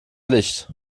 licht